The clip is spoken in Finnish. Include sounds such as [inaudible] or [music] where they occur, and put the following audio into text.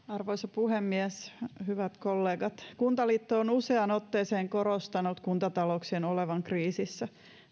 [unintelligible] arvoisa puhemies hyvät kollegat kuntaliitto on useaan otteeseen korostanut kuntatalouksien olevan kriisissä